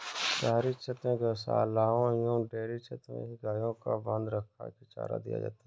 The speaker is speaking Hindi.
शहरी क्षेत्र में गोशालाओं एवं डेयरी क्षेत्र में ही गायों को बँधा रखकर ही चारा दिया जाता है